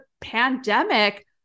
pandemic